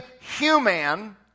human